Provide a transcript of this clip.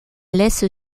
laisse